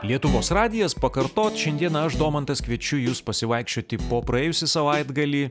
lietuvos radijas pakartot šiandieną aš domantas kviečiu jus pasivaikščioti po praėjusį savaitgalį